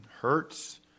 Hurts